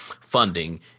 funding